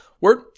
Word